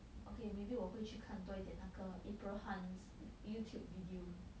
okay maybe 我会去看多一点那个 april han's Youtube video